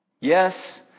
Yes